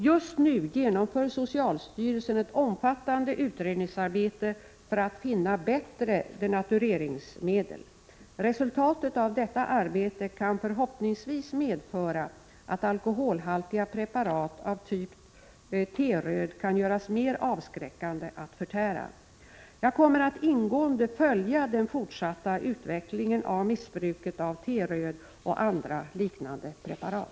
Just nu genomför socialstyrelsen ett omfattande utredningsarbete för att finna bättre denatureringsmedel. Resultatet av detta arbete kan förhoppningsvis medföra att alkoholhaltiga preparat av typ ”T-röd” kan göras mer avskräckande att förtära. Jag kommer att ingående följa den fortsatta utvecklingen av missbruket av ”T-röd” och andra liknande preparat.